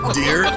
dear